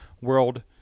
world